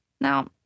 Now